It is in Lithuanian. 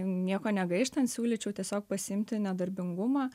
nieko negaištant siūlyčiau tiesiog pasiimti nedarbingumą